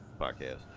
podcast